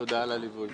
שלום לאורחים המכובדים.